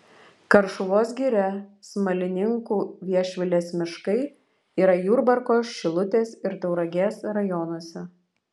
karšuvos giria smalininkų viešvilės miškai yra jurbarko šilutės ir tauragės rajonuose